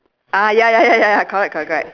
ah ya ya ya ya ya correct correct correct